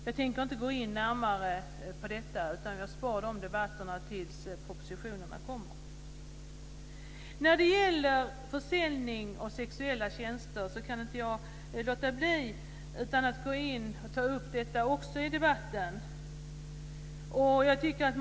Jag tänker inte gå in närmare på det, utan jag spar de debatterna tills propositionerna kommer. Jag kan inte låta bli att ta upp frågan om försäljning av sexuella tjänster.